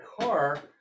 car